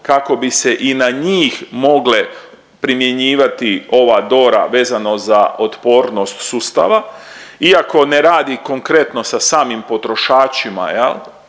kako bi se i na njih mogle primjenjivati ova DORA vezano za otpornost sustava, iako ne radi konkretno sa samim potrošačima